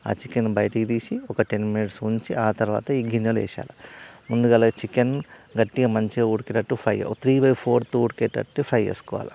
ఆ చికెన్ని బయటికి తీసి ఒక టెన్ మినిట్స్ ఉంచి ఆ తరువాత ఈ గిన్నెలో వేసేయాలి ముందుగాల చికెన్ గట్టిగా మంచిగా ఉడికేటట్టు five or three by fourth ఉడికేటట్టు ఫ్రై చేసుకోవాలి